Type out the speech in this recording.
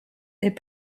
est